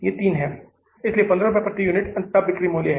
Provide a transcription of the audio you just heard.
ये 3 हैं इसलिए 15 रुपये प्रति यूनिट अंततः बिक्री मूल्य है